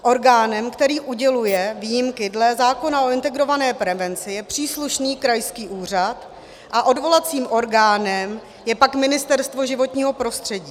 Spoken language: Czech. Orgánem, který uděluje výjimky dle zákona o integrované prevenci, je příslušný krajský úřad a odvolacím orgánem je pak Ministerstvo životního prostředí.